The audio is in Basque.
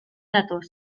datoz